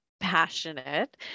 passionate